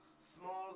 small